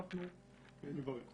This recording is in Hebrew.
אנחנו נברך.